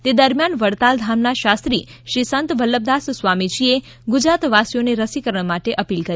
તે દરમ્યાન વડતાલ ધામના શાસ્ત્રી શ્રી સંત વલ્લભદાસ સ્વામીજીએ ગુજરાત વાસીઓને રસીકરણ માટે અપીલ કરી